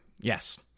Yes